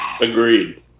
Agreed